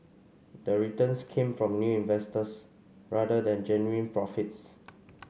the returns came from new investors rather than genuine profits